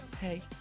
Hey